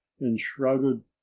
enshrouded